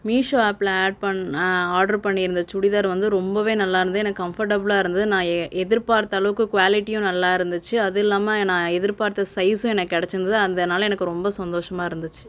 மீஷோ ஆப்பில் ஆட் பண்ண ஆர்டர் பண்ணியிருந்த சுடிதார் வந்து ரொம்பவே நல்லாருந்துது எனக்கு கம்ஃபர்டபுல்லாக இருந்துது நான் எதிர் பார்த்த அளவுக்கு குவாலிட்டியும் நல்லாருந்துச்சு அது இல்லாமல் நான் எதிர் பார்த்த சைஸும் எனக்கு கிடச்சிருந்தது அதனால எனக்கு ரொம்ப சந்தோஷமாக இருந்துச்சு